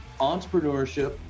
entrepreneurship